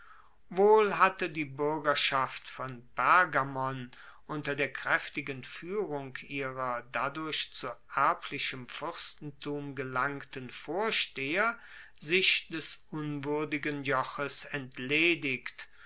wohl hatte die buergerschaft von pergamon unter der kraeftigen fuehrung ihrer dadurch zu erblichem fuerstentum gelangten vorsteher sich des unwuerdigen joches entledigt